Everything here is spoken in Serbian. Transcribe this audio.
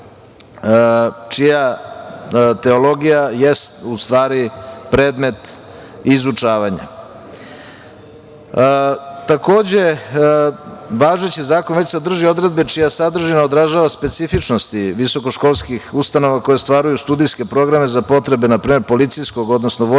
čija teologija jeste u stvari predmet izučavanja. Takođe, važeći zakon već sadrži odredbe čija sadržina odražava specifičnosti visokoškolskih ustanova koja ostvaruju studijske programe za potrebe na primer policijskog, odnosno vojnog